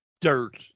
dirt